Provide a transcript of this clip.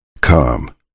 come